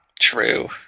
True